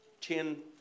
Ten